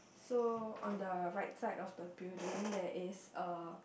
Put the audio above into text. so on the right side of the building there is a